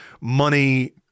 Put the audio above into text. money